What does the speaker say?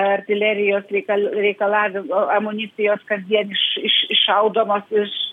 artilerijos reikal reikalavim amunicijos kasdien iš iš iššaudoma iš